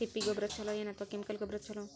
ತಿಪ್ಪಿ ಗೊಬ್ಬರ ಛಲೋ ಏನ್ ಅಥವಾ ಕೆಮಿಕಲ್ ಗೊಬ್ಬರ ಛಲೋ?